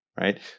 right